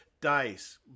dice